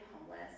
homeless